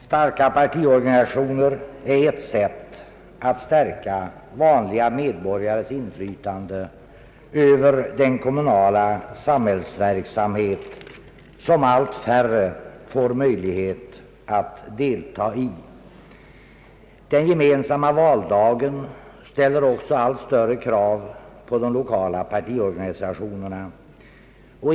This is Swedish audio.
Starka partiorganisationer är ett sätt att stärka vanliga medborgares inflytande över den kommunala samhällsverksamhet som allt färre får möjlighet att delta i. Den gemensamma valdagen ställer också allt större krav på de lokala partiorganisationerna.